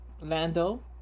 Lando